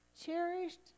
cherished